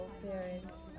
parents